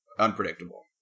unpredictable